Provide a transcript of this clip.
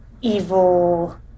evil